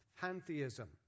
Pantheism